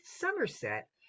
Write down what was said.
Somerset